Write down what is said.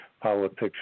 politics